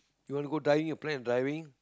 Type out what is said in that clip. do you wanna go die your friend driving